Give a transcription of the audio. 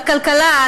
הכלכלה,